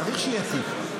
צריך שיהיה תיק,